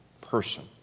person